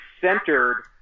centered